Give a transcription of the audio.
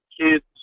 kids